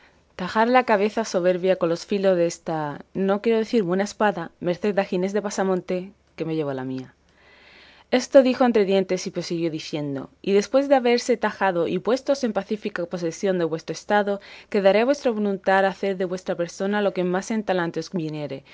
tajar la cabeza soberbia con los filos desta no quiero decir buena espada merced a ginés de pasamonte que me llevó la mía esto dijo entre dientes y prosiguió diciendo y después de habérsela tajado y puéstoos en pacífica posesión de vuestro estado quedará a vuestra voluntad hacer de vuestra persona lo que más en talante